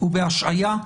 הוא בהשעיה?